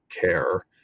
care